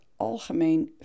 Algemeen